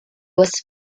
was